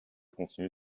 continue